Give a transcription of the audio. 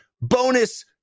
bonus